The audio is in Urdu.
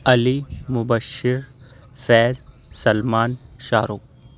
علی مبشر فیض سلمان شاہ رخ